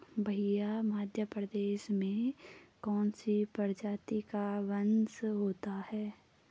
भैया मध्य प्रदेश में कौन सी प्रजाति का बांस होता है?